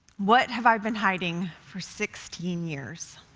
what have i been hiding for sixteen years?